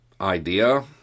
idea